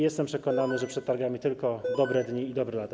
Jestem przekonany, że przed targami tylko dobre dni i dobre lata.